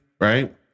right